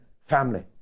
family